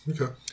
okay